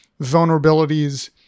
vulnerabilities